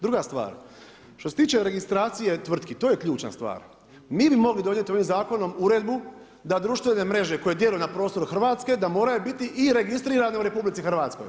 Druga stvar, što se tiče registracije tvrtki, to je ključna stvar, mi bi mogli donijeti ovim zakonom uredbu da društvene mreže koje djeluju na prostoru Hrvatske da moraju biti i registrirane u RH.